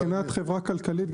מה קורה עם חברה כלכלית?